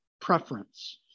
preference